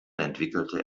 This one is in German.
entwickelte